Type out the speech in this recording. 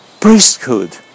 priesthood